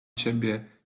ciebie